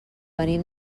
venim